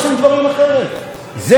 זה מה שצריך לעשות מחר.